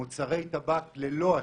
מוצרי טבק ללא עשן,